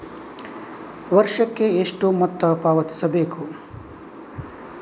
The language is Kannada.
ವರ್ಷಕ್ಕೆ ಎಷ್ಟು ಮೊತ್ತ ಪಾವತಿಸಬೇಕು?